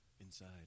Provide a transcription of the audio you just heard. inside